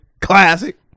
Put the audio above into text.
classic